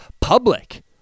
public